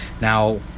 Now